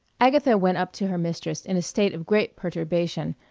agatha went up to her mistress in a state of great perturbation,